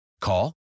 Call